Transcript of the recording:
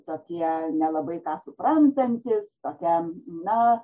tokie nelabai ką suprantantys tokia na